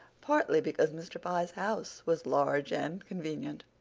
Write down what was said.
partly because mr. pye's house was large and convenient,